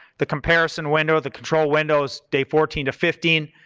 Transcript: the comparison window, the control window is day fourteen to fifteen.